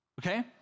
okay